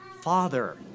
father